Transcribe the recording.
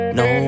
no